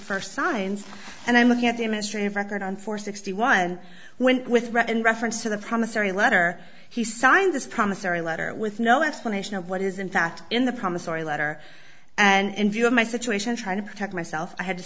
first signs and i'm looking at the ministry of record on for sixty one when with reference to the promissary letter he signed this promissary letter with no explanation of what is in fact in the promissory letter and in view of my situation trying to protect myself i had to